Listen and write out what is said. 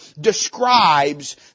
describes